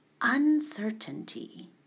uncertainty